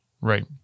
Right